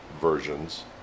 versions